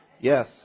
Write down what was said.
yes